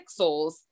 pixels